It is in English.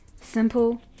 simple